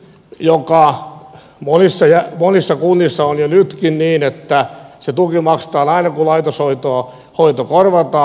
omaishoidon tuki on monissa kunnissa jo nytkin niin että se tuki maksetaan aina kun laitoshoito korvataan